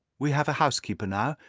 we have a housekeeper now,